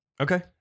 Okay